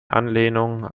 anlehnung